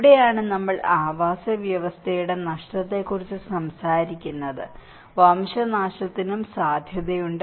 ഇവിടെയാണ് നമ്മൾ ആവാസവ്യവസ്ഥയുടെ നഷ്ടത്തെക്കുറിച്ച് സംസാരിക്കുന്നത് വംശനാശത്തിനും സാധ്യതയുണ്ട്